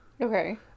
okay